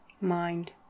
mind